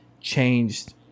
changed